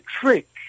trick